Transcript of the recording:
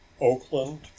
Oakland